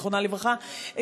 זיכרונה לברכה,